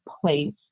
place